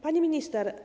Pani Minister!